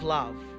love